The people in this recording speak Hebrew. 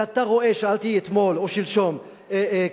ואתה רואה, שאלתי אתמול או שלשום קד"צים